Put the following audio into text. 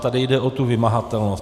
Tady jde o tu vymahatelnost.